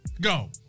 Go